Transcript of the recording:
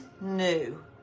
new